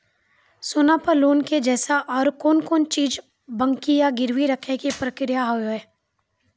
सोना पे लोन के जैसे और कौन कौन चीज बंकी या गिरवी रखे के प्रक्रिया हाव हाय?